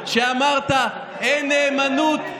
שאמרת: אין נאמנות,